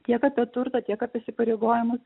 tiek apie turtą tiek apie įsipareigojimus